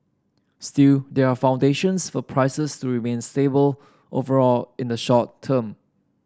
still there are foundations for prices to remain stable overall in the short term